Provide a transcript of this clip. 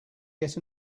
get